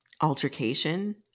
altercation –